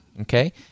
Okay